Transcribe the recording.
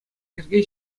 йӗрке